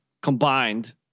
combined